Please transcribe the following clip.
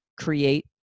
create